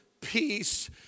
peace